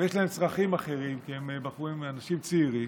יש להם צרכים אחרים כי הם אנשים צעירים.